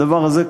הדבר הזה,